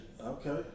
Okay